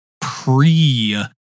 pre